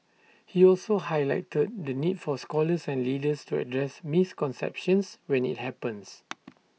he also highlighted the need for scholars and leaders to address misconceptions when IT happens